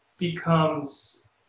becomes